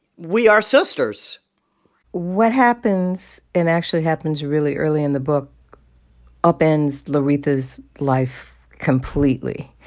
we are sisters what happens and actually happens really early in the book upends loretha's life completely.